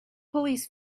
police